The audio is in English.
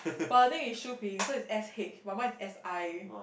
but her name is Shu-Ping so is S_H but mine is S_I